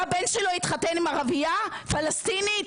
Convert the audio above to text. שהבן שלו יתחתן עם ערבייה פלסטינית?